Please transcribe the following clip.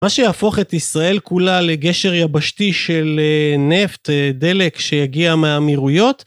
מה שיהפוך את ישראל כולה לגשר יבשתי - של נפט, דלק - שיגיע מהאמירויות.